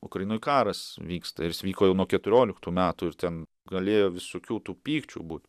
ukrainoj karas vyksta ir jis vyko jau nuo keturioliktų ir ten galėjo visokių tų pykčių būt